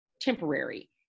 temporary